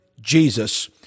Jesus